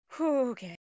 Okay